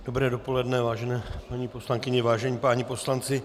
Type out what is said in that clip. Dobré dopoledne vážené paní poslankyně, vážení páni poslanci.